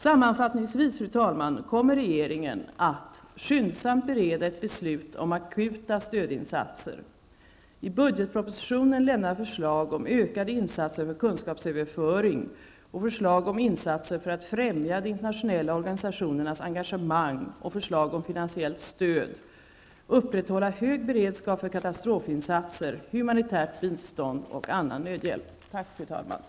Sammanfattningsvis kommer regeringen att -- skyndsamt bereda ett beslut om akuta stödinsatser, -- i budgetpropositionen lämna förslag om ökade insatser för kunskapsöverföring och förslag om insatser för att främja de internationella organisationernas engagemang och förslag om finansiellt stöd, -- upprätthålla hög beredskap för katastrofinsatser, humanitärt bistånd och annan nödhjälp. Tack, fru talman.